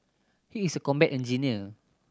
he is a combat engineer